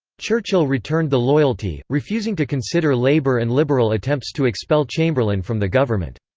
churchill returned the loyalty, refusing to consider labour and liberal attempts to expel chamberlain from the government.